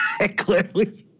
clearly